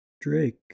Drake